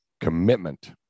commitment